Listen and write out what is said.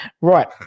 Right